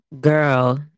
Girl